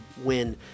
win